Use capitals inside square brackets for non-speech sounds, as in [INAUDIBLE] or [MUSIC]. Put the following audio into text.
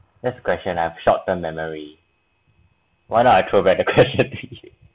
that's the question I short term memory why not I throwback to you [LAUGHS]